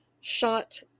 shot